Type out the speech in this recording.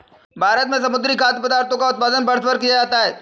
भारत में समुद्री खाद्य पदार्थों का उत्पादन वर्षभर किया जाता है